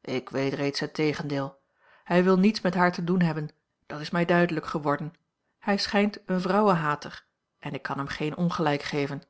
ik weet reeds het tegendeel hij wil niets met haar te doen hebben dat is mij duidelijk geworden hij schijnt een vrouwenhater en ik kan hem geen ongelijk geven